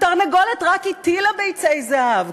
התרנגולת רק הטילה ביצי זהב,